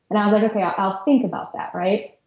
and i was like, okay, i'll think about that, right?